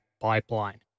pipeline